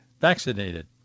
vaccinated